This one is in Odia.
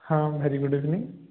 ହଁ ଭେରୀ ଗୁଡ଼୍ ଇଭିନିଙ୍ଗ୍